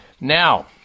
Now